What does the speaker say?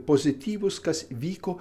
pozityvus kas vyko